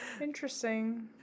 Interesting